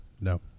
No